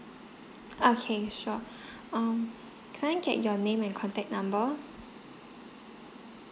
okay sure um can I get your name and contact number